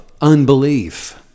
unbelief